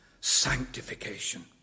Sanctification